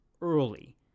early